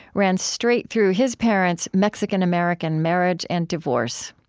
ran straight through his parents' mexican-american marriage and divorce.